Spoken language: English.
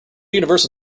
universal